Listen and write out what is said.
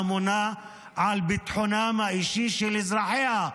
כי המדינה אמונה על ביטחונם האישי של אזרחיה,